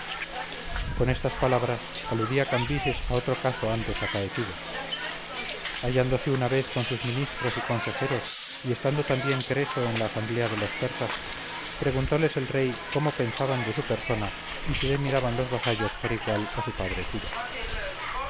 con estas palabras aludía cambises a otro caso antes acaecido hallándose una vez con sus ministros y consejeros y estando también creso en la asamblea de los persas preguntóles el rey cómo pensaban de su persona y si le miraban los vasallos por igual a su padre ciro